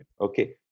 okay